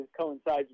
coincides